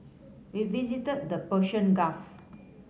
we visited the Persian Gulf